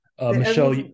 Michelle